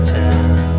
town